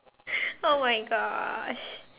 oh my gosh